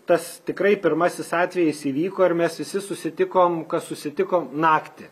tas tikrai pirmasis atvejis įvyko ir mes visi susitikom kas susitiko naktį